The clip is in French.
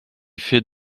fait